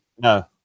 No